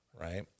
right